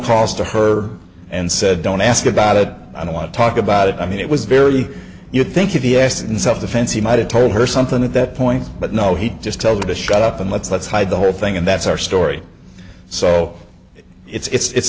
calls to her and said don't ask about it i don't want to talk about it i mean it was very you think of the essence of the fence he might have told her something at that point but no he just tell them to shut up and let's let's hide the whole thing and that's our story so it's